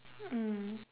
mm